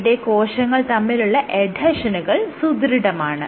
ഇവിടെ കോശങ്ങൾ തമ്മിലുള്ള എഡ്ഹെഷനുകൾ സുദൃഢമാണ്